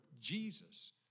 Jesus